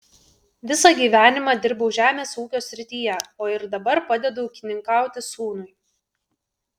visą gyvenimą dirbau žemės ūkio srityje o ir dabar padedu ūkininkauti sūnui